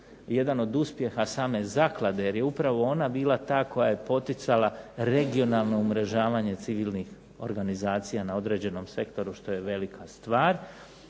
jedan od uspjeha same zaklade, jer je upravo ona bila ta koja je poticala regionalno umrežavanje civilnih organizacija na određenom sektoru što je velika stvar.